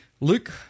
Luke